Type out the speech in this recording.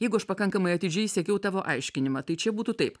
jeigu aš pakankamai atidžiai sekiau tavo aiškinimą tai čia būtų taip